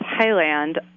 Thailand